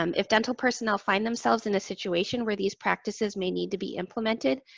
um if dental personnel find themselves in a situation where these practices may need to be implemented,